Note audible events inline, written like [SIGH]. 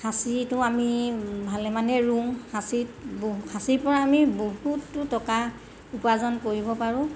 সাঁচিটো আমি ভালে মানেই ৰুওঁ সাঁচিত [UNINTELLIGIBLE] সাঁচিৰপৰা আমি বহুতো টকা উপাৰ্জন কৰিব পাৰোঁ